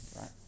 right